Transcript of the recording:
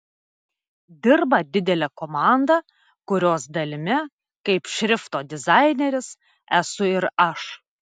dirba didelė komanda kurios dalimi kaip šrifto dizaineris esu ir aš